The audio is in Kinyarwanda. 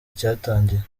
cyatangiye